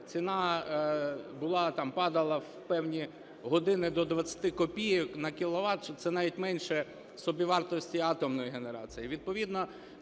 ціна падала в певні години до 20 копійок на кіловат, це навіть менше собівартості атомної генерації.